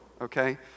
okay